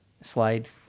slide